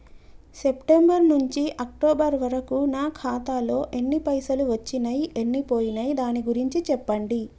September నుంచి October వరకు నా ఖాతాలో ఎన్ని పైసలు వచ్చినయ్ ఎన్ని పోయినయ్ దాని గురించి చెప్పండి?